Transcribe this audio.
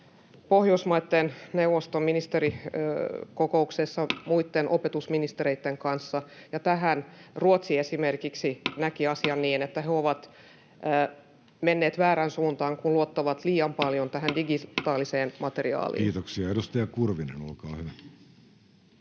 Pohjoismaiden neuvoston ministerikokouksessa muitten opetusministereitten kanssa, ja Ruotsi esimerkiksi näki asian niin, että he ovat menneet väärään suuntaan, kun luottavat liian paljon tähän digitaaliseen materiaaliin. [Speech 73] Speaker: Jussi Halla-aho